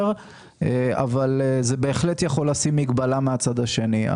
אבל זה בהחלט יכול לשים מגבלה מהצד השני.